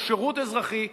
או שירות אזרחי,